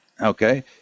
okay